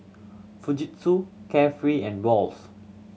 Fujitsu Carefree and Wall's